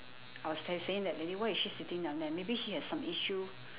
I was tex~ saying that lady why is she sitting down there maybe she has some issue